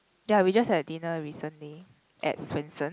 ya we just had dinner recently at Swensen's